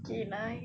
okay nice